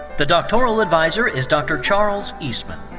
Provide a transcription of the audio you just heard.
the doctoral adviser is dr. charles eastman.